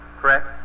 Correct